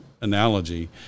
analogy